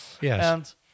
Yes